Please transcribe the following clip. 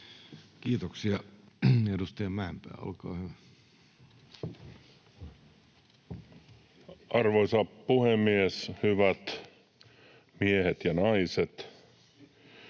Kiitoksia. — Edustaja Mäenpää, olkaa hyvä. Arvoisa puhemies! Meillä on